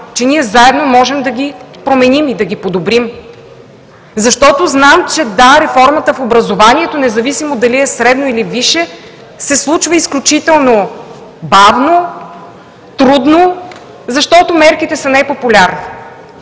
че ние заедно можем да ги променим и да ги подобрим; защото знам, че – да, реформата в образованието, независимо дали е средно, или висше, се случва изключително бавно, трудно, защото мерките са непопулярни.